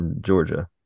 georgia